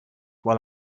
while